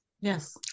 yes